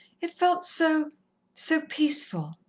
it felt so so peaceful.